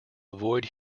avoid